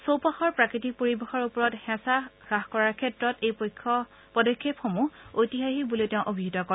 চৌপাশৰ প্ৰাকৃতিক পৰিৱেশৰ ওপৰত পৰা হেঁচা হ্যাস কৰাৰ ক্ষেত্ৰত এই পদক্ষেপসমূহ ঐতিহাসিক বুলিও তেওঁ অভিহিত কৰে